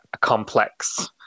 complex